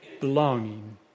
belonging